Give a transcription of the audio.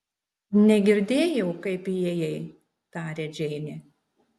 negirdėjau kaip įėjai tarė džeinė